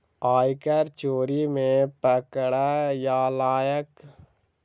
आयकर चोरी मे पकड़यलाक बाद दण्डक प्रावधान कयल गेल छै